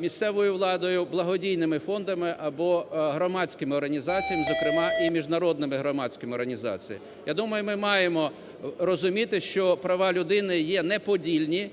місцевою владою, благодійними фондами або громадськими організаціями, зокрема і міжнародними громадськими організаціями. Я думаю, ми маємо розуміти, що права людини є неподільні,